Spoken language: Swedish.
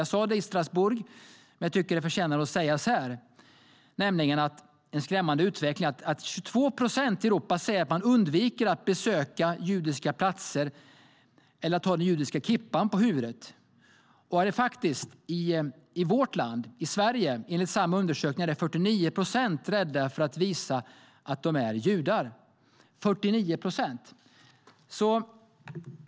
Jag sa det i Strasbourg, och jag tycker att det förtjänar att sägas här, nämligen att det är en skrämmande utveckling att 22 procent i Europa säger att de undviker att besöka judiska platser eller att ha den judiska kippan på huvudet. I Sverige är, enligt samma undersökning, 49 procent rädda för att visa att de är judar.